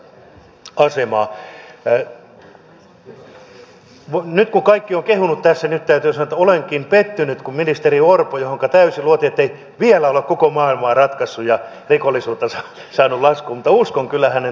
nyt kun kaikki ovat kehuneet tässä niin nyt täytyy sanoa että olenkin pettynyt kun ministeri orpo johonka täysin luotin ei vielä ole koko maailmaa ratkaissut ja rikollisuutta saanut laskuun mutta uskon kyllä hänen toimintakykyynsä